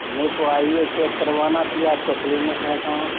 मेरे को आयु चेक करवाना कि आपका क्लीनिक है कहाँ